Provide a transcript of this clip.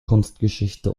kunstgeschichte